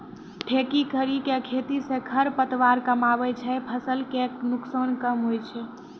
ठेकी करी के खेती से खरपतवार कमआबे छै फसल के नुकसान कम हुवै छै